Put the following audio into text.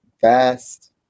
fast